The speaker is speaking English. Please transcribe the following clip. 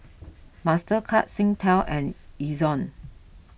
Mastercard Singtel and Ezion